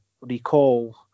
recall